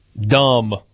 Dumb